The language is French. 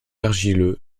argileux